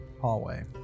hallway